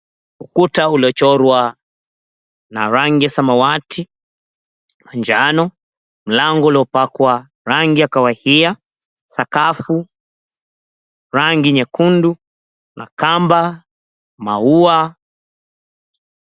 Ukuta uliyochorwa na rangi samawati, manjano, mlango uliyopakwa rangi ya kahawia, sakafu rangi nyekundu na kamba, maua.